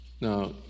Now